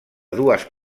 dues